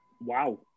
wow